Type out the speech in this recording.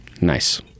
Nice